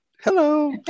hello